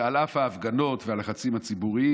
על אף ההפגנות והלחצים הציבוריים.